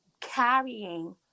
carrying